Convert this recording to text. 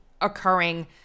occurring